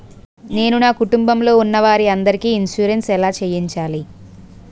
నేను నా కుటుంబం లొ ఉన్న వారి అందరికి ఇన్సురెన్స్ ఎలా చేయించాలి?